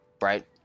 right